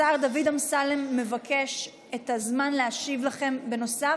השר דוד אמסלם מבקש את הזמן להשיב לכם, בנוסף.